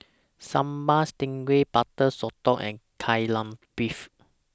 Sambal Stingray Butter Sotong and Kai Lan Beef